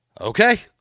Okay